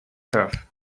turf